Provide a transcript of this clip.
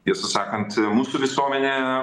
tiesą sakant mūsų visuomenė